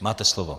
Máte slovo.